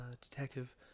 Detective